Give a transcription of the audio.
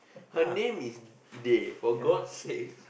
her name is Dhey for gods sakes